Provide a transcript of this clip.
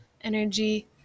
energy